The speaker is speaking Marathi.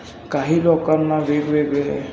काही लोकांना वेगवेगळे